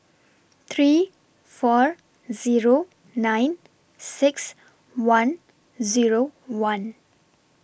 three four Zero nine six one Zero one